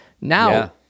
Now